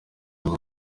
ngo